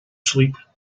sleep